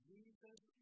Jesus